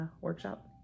workshop